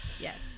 yes